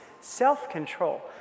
self-control